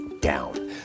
down